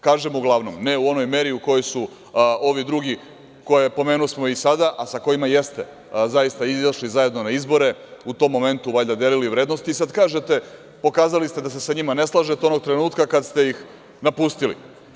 Kažem uglavnom, ne u onoj meri u kojoj su ovi drugi koje pomenusmo i sada, a sa kojima jeste zaista izašli zajedno na izbore, u tom momentu valjda delili vrednosti i sad kažete pokazali ste da se sa njima ne slažete onog trenutka kada ste ih napustili.